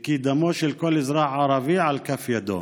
וכי דמו של כל אזרח ערבי על כף ידו.